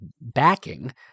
backing